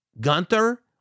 Gunther